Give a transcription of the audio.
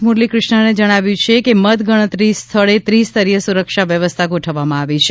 મુરલી કૃષ્ણને જણાવ્યું છે કે મતગણતરી સ્થળે ત્રિસ્તરીય સુરક્ષા વ્યવસ્થા ગોઠવવામાં આવી છે